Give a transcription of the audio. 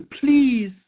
please